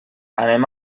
anem